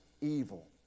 evil